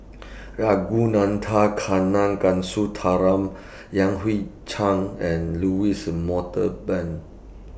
Ragunathar Kanagasuntheram Yan Hui Chang and Louis